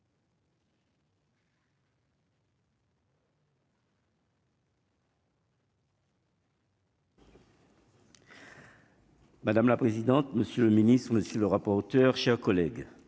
Madame la présidente, monsieur le ministre, monsieur le rapporteur, chers collègues,